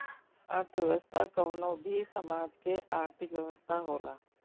अर्थव्यवस्था कवनो भी समाज के आर्थिक व्यवस्था होला